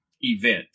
event